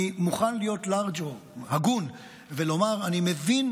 אני מוכן להיות לארג' או הגון ולומר שאני מבין